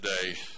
today